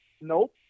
Nope